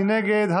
מי נגד?